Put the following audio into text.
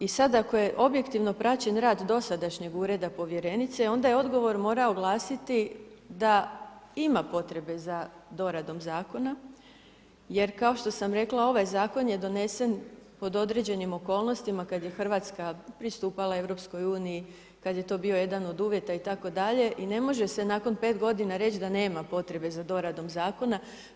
I sad ako je objektivno praćen rad dosadašnjeg ureda povjerenice i onda je odgovor morao glasiti da ima potrebe za doradom zakona jer kao što sam rekla ovaj zakon je donesen pod određenim okolnostima kada je Hrvatska pristupala EU, kada je to bio jedan od uvjeta itd. i ne može se nakon 5 godina reći da nema potrebe za doradom zakona.